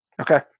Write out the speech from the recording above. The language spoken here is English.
okay